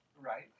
right